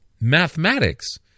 mathematics